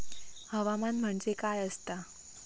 हवामान म्हणजे काय असता?